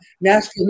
national